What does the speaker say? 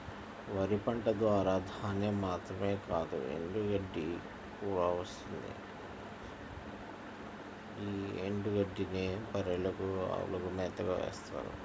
వరి పంట ద్వారా ధాన్యం మాత్రమే కాదు ఎండుగడ్డి కూడా వస్తుంది యీ ఎండుగడ్డినే బర్రెలకు, అవులకు మేతగా వేత్తారు